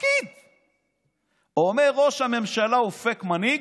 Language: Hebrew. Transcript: פקיד אומר: ראש הממשלה הוא פייק מנהיג,